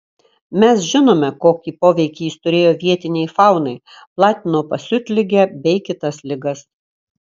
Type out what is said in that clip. mes žinome kokį poveikį jis turėjo vietinei faunai platino pasiutligę bei kitas ligas